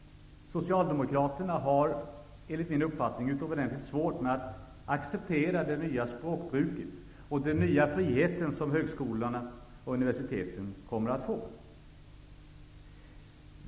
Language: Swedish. Socialdemokraterna har enligt min uppfattning utomordentligt svårt att acceptera det nya språkbruket och den nya friheten som högskolorna och universiteten kommer att få.